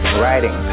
writing